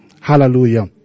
Hallelujah